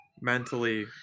mentally